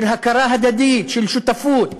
של הכרה הדדית, של שותפות,